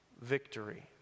victory